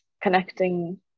connecting